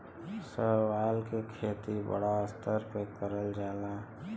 शैवाल के खेती बड़ा स्तर पे करल जाला